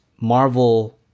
Marvel